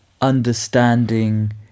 understanding